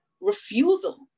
refusal